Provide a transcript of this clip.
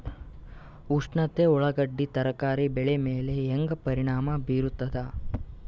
ಉಷ್ಣತೆ ಉಳ್ಳಾಗಡ್ಡಿ ತರಕಾರಿ ಬೆಳೆ ಮೇಲೆ ಹೇಂಗ ಪರಿಣಾಮ ಬೀರತದ?